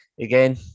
again